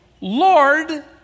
Lord